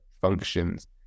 functions